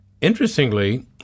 interestingly